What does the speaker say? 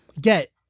get